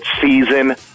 season